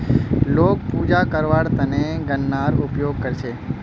लोग पूजा करवार त न गननार उपयोग कर छेक